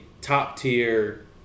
top-tier